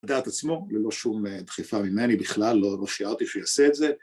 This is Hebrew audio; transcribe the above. לדעת עצמו, ללא שום דחיפה ממני בכלל, לא שיערתי שהוא יעשה את זה